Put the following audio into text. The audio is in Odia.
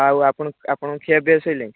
ଆଉ ଆପଣ ଆପଣଙ୍କ ଖିଆ ପିଆ ସରିଲାଣି